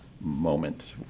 moment